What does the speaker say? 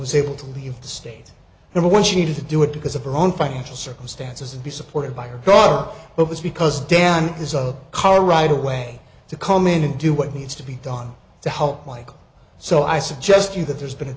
was able to leave the state and what she did to do it because of her own financial circumstances and be supported by her car but was because dan is a car ride away to come in and do what needs to be done to help like so i suggest you that there's been a